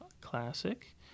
classic